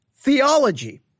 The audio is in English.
Theology